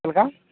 ᱪᱮᱫᱞᱮᱠᱟ